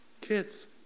kids